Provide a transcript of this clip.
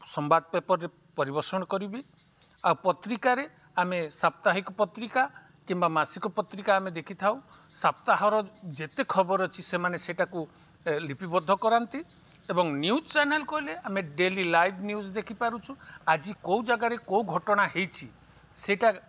ସମ୍ବାଦ ପେପର୍ରେ ପରିବେଷଣ କରିବି ଆଉ ପତ୍ରିକାରେ ଆମେ ସାପ୍ତାହିକ ପତ୍ରିକା କିମ୍ବା ମାସିକ ପତ୍ରିକା ଆମେ ଦେଖିଥାଉ ସାପ୍ତାହର ଯେତେ ଖବର ଅଛି ସେମାନେ ସେଇଟାକୁ ଲିପିବଦ୍ଧ କରାନ୍ତି ଏବଂ ନ୍ୟୁଜ୍ ଚ୍ୟାନେଲ୍ କହିଲେ ଆମେ ଡେଲି ଲାଇଭ୍ ନ୍ୟୁଜ୍ ଦେଖିପାରୁଛୁ ଆଜି କେଉଁ ଜାଗାରେ କେଉଁ ଘଟଣା ହେଇଛି ସେଇଟା